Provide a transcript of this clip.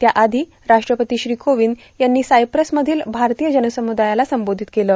त्याआधी राष्ट्रपती श्री कोविंद यांनी सायप्रस मधील भारतीय जनसुमदायाला संबोधित केलं